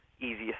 easiest